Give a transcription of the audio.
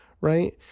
right